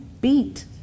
beat